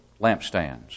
lampstands